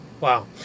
Wow